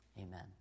Amen